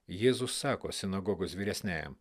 jėzus sako sinagogos vyresniajam